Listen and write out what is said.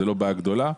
זאת לא בעיה גדולה.